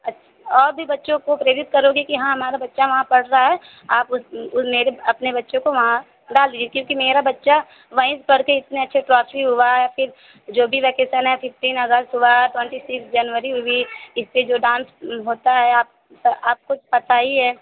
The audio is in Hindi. अच्छ और भी बच्चों को क्रेडिट करोगे कि हाँ हमारा बच्चा वहाँ पढ़ रहा है आप उस उन्हें भी अपने बच्चे को वहाँ डाल दीजिए क्योंकि मेरा बच्चा वहीं से पढ़ के इतने अच्छे प्रोचवी हुआ है फिर जो भी वेकेसन है फिफ्टीन अगस्ट हुआ ट्वेंटी सिक्स जनवरी में भी इसमें जो डांस होता है आप तो आपको तो पता ही है